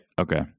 Okay